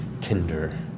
tinder